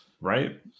Right